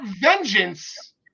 Vengeance